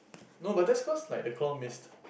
no but that's cause like the claw missed